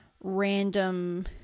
random